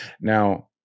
now